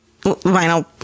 vinyl